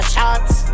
Shots